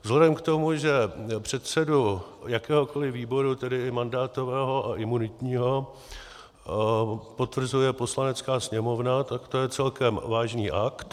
Vzhledem k tomu, že předsedu jakéhokoliv výboru, tedy i mandátového a imunitního, potvrzuje Poslanecká sněmovna, tak to je celkem vážný akt.